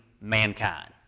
mankind